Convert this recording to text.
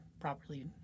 properly